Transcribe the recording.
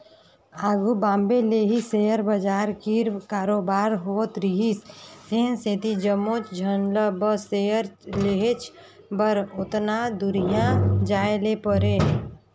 आघु बॉम्बे ले ही सेयर बजार कीर कारोबार होत रिहिस तेन सेती जम्मोच झन ल बस सेयर लेहेच बर ओतना दुरिहां जाए ले परे